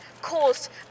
caused